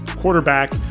quarterback